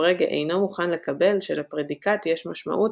פרגה אינו מוכן לקבל שלפרדיקט יש משמעות